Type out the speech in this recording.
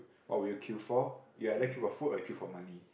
what would you queue for you either queue for food or you queue for money